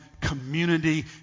community